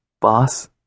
boss